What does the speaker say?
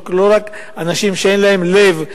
לא רק כאנשים שאין להם לב,